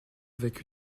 avec